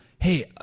hey